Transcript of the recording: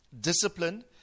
discipline